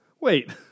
wait